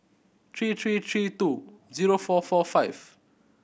three three three two zero four four five